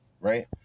Right